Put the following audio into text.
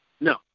no